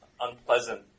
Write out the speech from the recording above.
unpleasant